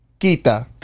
Quita